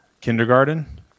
kindergarten